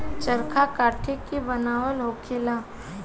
चरखा काठ के बनल होखेला